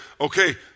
okay